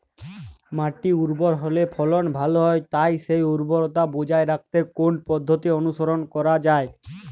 মাটি উর্বর হলে ফলন ভালো হয় তাই সেই উর্বরতা বজায় রাখতে কোন পদ্ধতি অনুসরণ করা যায়?